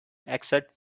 except